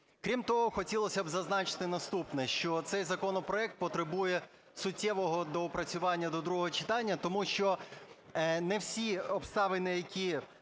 Крім того, хотілося б зазначити наступне, що цей законопроект потребує суттєвого доопрацювання до другого читання, тому що не всі обставини, які